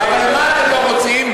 אבל מה אתם לא רוצים,